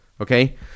Okay